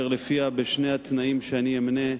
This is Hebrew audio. בשני התנאים שאני אמנה,